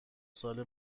ساله